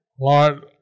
Lord